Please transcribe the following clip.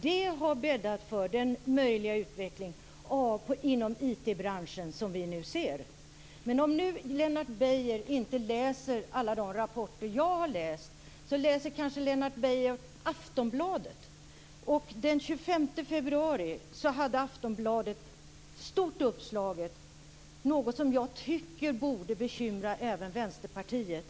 Den har bäddat för den utveckling inom IT-branschen som vi nu ser. Lennart Beijer kanske inte läser alla de rapporter som jag har läst. Men han kanske läser Aftonbladet. Den 25 februari var det ett stort uppslag i Aftonbladet om något som jag tycker borde bekymra även Vänsterpartiet.